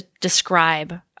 describe